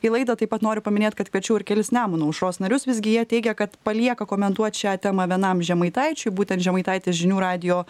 į laidą taip pat noriu paminėt kad kviečiau ir kelis nemuno aušros narius visgi jie teigia kad palieka komentuot šią temą vienam žemaitaičiui būtent žemaitaitis žinių radijo